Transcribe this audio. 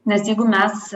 nes jeigu mes